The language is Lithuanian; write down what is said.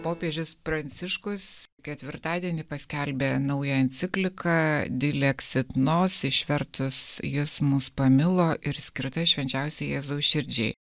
popiežius pranciškus ketvirtadienį paskelbė naują encikliką dilexit nors išvertus jūs mus pamilo ir skirta švenčiausiajai jėzaus širdžiai